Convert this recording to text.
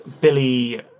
Billy